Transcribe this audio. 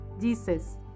Jesus